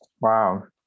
Wow